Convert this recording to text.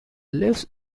lives